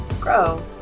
grow